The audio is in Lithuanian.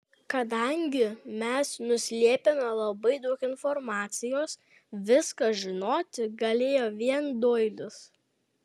kadangi mes nuslėpėme labai daug informacijos viską žinoti galėjo vien doilis